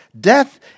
Death